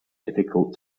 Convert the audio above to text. difficult